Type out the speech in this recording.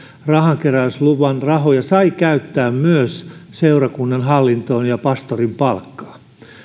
rahankeräysluvan rahoja sai käyttää myös seurakunnan hallintoon ja pastorin palkkaan